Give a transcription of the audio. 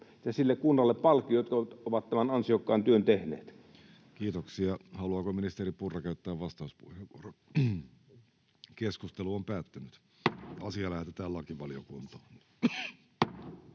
ja sille kunnalle, jotka ovat tämän ansiokkaan työn tehneet. Kiitoksia. — Haluaako ministeri Purra käyttää vastauspuheenvuoron? Ensimmäiseen käsittelyyn esitellään päiväjärjestyksen